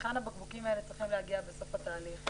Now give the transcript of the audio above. להיכן הבקבוקים האלה צריכים להגיע בסוף התהליך.